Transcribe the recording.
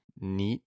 neat